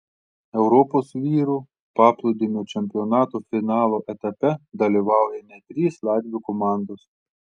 europos vyrų paplūdimio čempionato finalo etape dalyvauja net trys latvių komandos